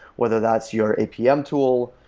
whether that's your apm tool,